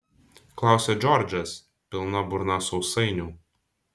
klausia džordžas pilna burna sausainių